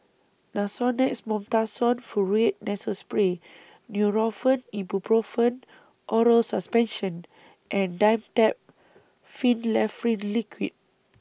Nasonex Mometasone Furoate Nasal Spray Nurofen Ibuprofen Oral Suspension and Dimetapp Phenylephrine Liquid